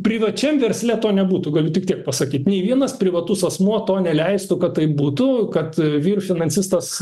privačiam versle to nebūtų galiu tik tiek pasakyt nei vienas privatus asmuo to neleistų kad tai būtų kad vyr finansistas